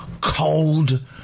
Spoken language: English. cold